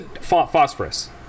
phosphorus